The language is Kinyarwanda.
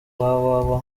www